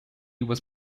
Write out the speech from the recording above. was